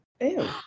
Ew